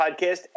podcast